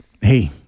hey